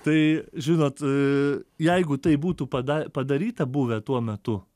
tai žinot jeigu tai būtų pada padaryta buvę tuo metu